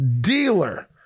dealer